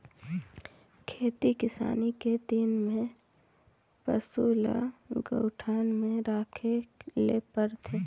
खेती किसानी के दिन में पसू ल गऊठान में राखे ले परथे